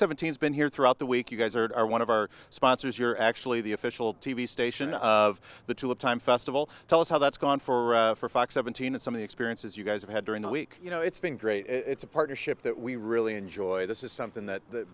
seventeen's been here throughout the week you guys are one of our sponsors you're actually the official t v station of the tulip time festival tell us how that's gone for for fox seventeen and some of the experiences you guys have had during the week you know it's been great it's a partnership that we really enjoy this is something that